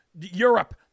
Europe